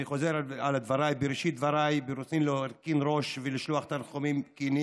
אני חוזר על דבריי: בראשית דבריי ברצוני להרכין ראש ולשלוח תנחומים כנים